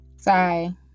sorry